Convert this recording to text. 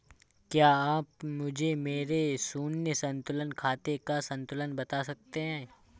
क्या आप मुझे मेरे शून्य संतुलन खाते का संतुलन बता सकते हैं?